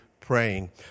Praying